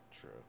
true